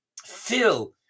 fill